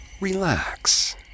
Relax